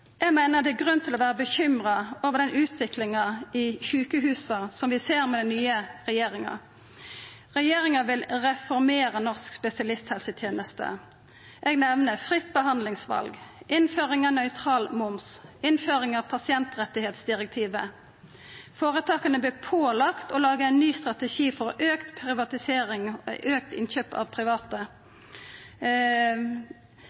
Eg meiner det er grunn til å vera bekymra over den utviklinga i sjukehusa som vi ser under den nye regjeringa. Regjeringa vil reformera norsk spesialisthelseteneste. Eg nemner fritt behandlingsval, innføring av nøytral moms, innføring av pasientrettsdirektivet. Føretaka vert pålagde å laga ein ny strategi for auka privatisering, for auka innkjøp av private.